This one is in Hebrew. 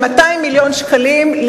של 200 מיליון שקלים,